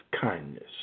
kindness